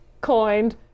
coined